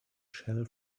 shell